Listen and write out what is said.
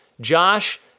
Josh